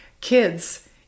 kids